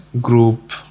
group